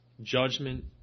judgment